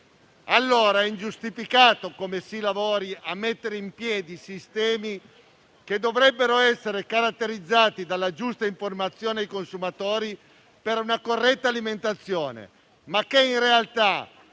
allora ingiustificato che si lavori a mettere in piedi sistemi che dovrebbero essere caratterizzati dalla giusta informazione ai consumatori per una corretta alimentazione, ma che in realtà